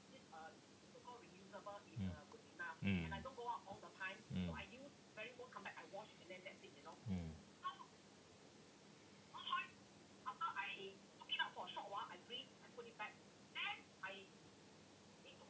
mm mm mm mm